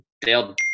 Dale